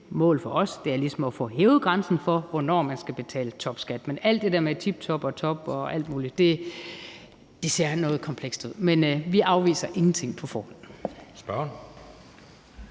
mål for os ligesom at få hævet grænsen for, hvornår man skal betale topskat. Men alt det der med tiptop og top og alt muligt ser noget komplekst ud. Men vi afviser ingenting på forhånd.